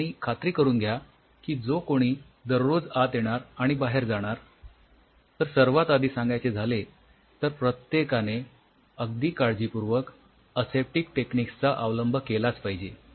आणि खात्री करून घ्या की जो कोणी दररोज आत येणार आणि बाहेर जाणार सर्वात आधी सांगायचे झाले तर प्रत्येकाने अगदी काळजीपूर्वक असेप्टिक टेकनिक्स चा अवलंब केलाच पाहिजे